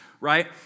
right